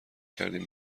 کردین